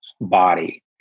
body